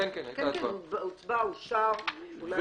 -- הוצבע ואושר.